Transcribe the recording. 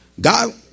God